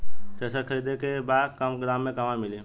Thresher खरीदे के बा कम दाम में कहवा मिली?